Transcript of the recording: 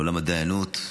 לעולם הדיינות,